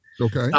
Okay